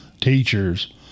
teachers